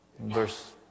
Verse